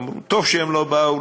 אמרו: טוב שהם לא באו.